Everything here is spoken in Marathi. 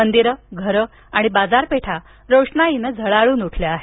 मंदिर घरं आणि बाजारपेठा रोषणाईनं झळाळून उठल्या आहेत